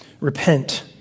repent